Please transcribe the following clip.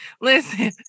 Listen